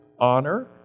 honor